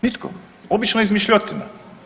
Nitko, obična izmišljotina.